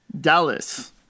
Dallas